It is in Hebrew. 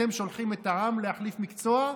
אתם שולחים את העם להחליף מקצוע,